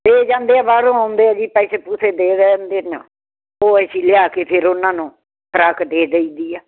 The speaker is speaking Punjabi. ਦੇ ਜਾਂਦੇ ਐ ਜੀ ਬਾਹਰੋਂ ਆਉਂਦੇ ਜੀ ਪੈਸੇ ਪੂਸੇ ਦੇ ਜਾਂਦੇ ਅਨ ਉਹ ਅਸੀਂ ਲਿਆ ਕੇ ਫੇਰ ਉਨ੍ਹਾਂ ਨੂੰ ਖਰਾਕ ਦੇ ਦਈ ਦੀ ਆ